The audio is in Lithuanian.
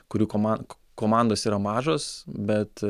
kurių koman komandos yra mažos bet